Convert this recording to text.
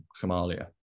Somalia